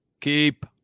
Keep